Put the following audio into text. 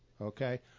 okay